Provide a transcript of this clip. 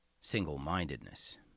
single-mindedness